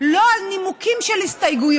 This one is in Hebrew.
לא על נימוקים של הסתייגויות.